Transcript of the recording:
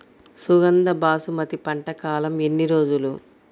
సుగంధ బాసుమతి పంట కాలం ఎన్ని రోజులు?